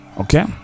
Okay